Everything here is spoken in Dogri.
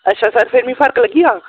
अच्छा सर भी मिगी फर्क लग्गी जाह्ग